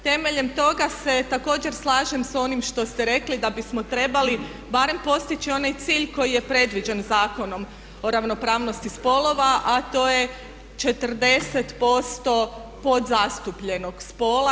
Temeljem toga se također slažem s onim što ste rekli da bismo trebali barem postići onaj cilj koji je predviđen Zakonom o ravnopravnosti spolova a to je 40% pod zastupljenog spola.